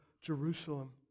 Jerusalem